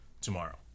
tomorrow